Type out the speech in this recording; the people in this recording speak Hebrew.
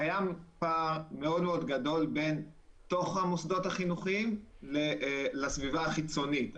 קיים פער מאוד מאוד גדול בין תוך המוסדות החינוכיים לסביבה החיצונית.